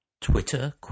Twitter